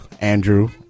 Andrew